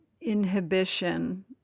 inhibition